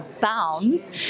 bounds